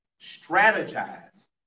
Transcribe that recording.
strategize